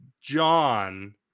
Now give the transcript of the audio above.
John